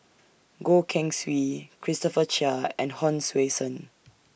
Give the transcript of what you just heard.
Goh Keng Swee Christopher Chia and Hon Sui Sen